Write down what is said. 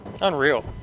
Unreal